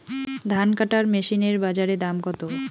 ধান কাটার মেশিন এর বাজারে দাম কতো?